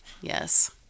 Yes